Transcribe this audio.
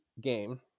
game